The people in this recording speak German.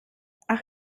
ach